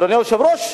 אדוני היושב-ראש,